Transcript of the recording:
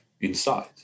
inside